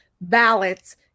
ballots